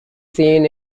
seen